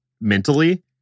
mentally